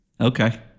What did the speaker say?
Okay